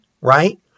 right